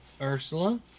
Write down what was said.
Ursula